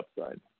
upside